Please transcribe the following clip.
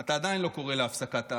אתה עדיין לא קורא להפסקת החקיקה,